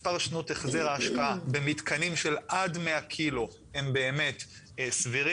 מספר שנות החזר השקעה במתקנים של עד 100 קילו הוא באמת סביר.